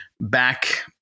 back